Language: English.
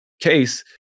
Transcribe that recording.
case